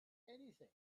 anything